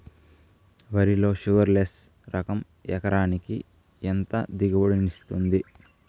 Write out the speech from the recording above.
వరి లో sugarless less రకం ఎకరాకి ఎంత దిగుబడినిస్తుంది